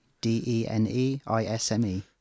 D-E-N-E-I-S-M-E